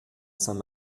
saint